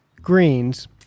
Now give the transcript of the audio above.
greens